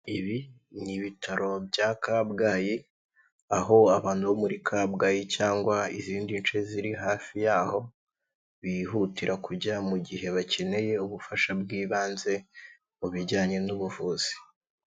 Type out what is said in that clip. Ibi ni ibitaro bya kabgayi aho abantu bo muri kabgayi cyangwa izindi nshe ziri hafi y'aho bihutira kujya mu gihe bakeneye ubufasha bw'ibanze mu bijyanye n'ubuvuzi.